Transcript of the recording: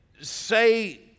say